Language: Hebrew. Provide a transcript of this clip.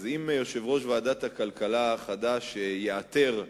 אז אם יושב-ראש ועדת הכלכלה החדש ייעתר,